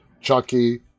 Chucky